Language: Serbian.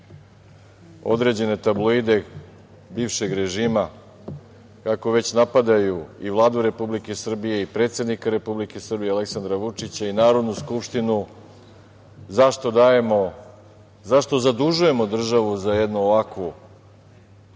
određene tabloide bivšeg režima kako već napadaju i Vladu Republike Srbije i predsednika Republike Srbije Aleksandra Vučića i Narodnu skupštinu zašto zadužujemo državu za jednu ovakvu oblast